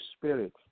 spirit